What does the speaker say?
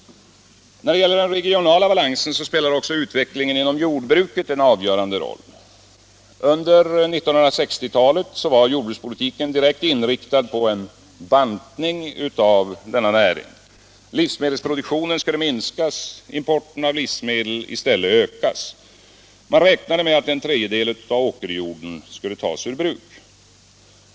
När det gäller den regionala balansen spelar också utvecklingen inom jordbruket en avgörande roll. Under 1960-talet var jordbrukspolitiken direkt inriktad på en bantning av denna näring. Livsmedelsproduktionen skulle minskas och importen av livsmedel i stället ökas. Man räknade med att en tredjedel av åkerjorden skulle tas ur bruk.